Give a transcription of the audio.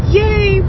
yay